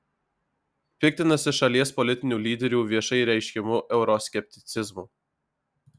piktinasi šalies politinių lyderių viešai reiškiamu euroskepticizmu